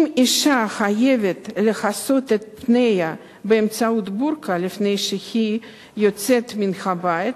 אם אשה חייבת לכסות את פניה באמצעות "בורקה" לפני שהיא יוצאת מן הבית,